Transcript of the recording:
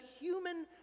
human